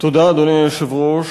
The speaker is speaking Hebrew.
אדוני היושב-ראש,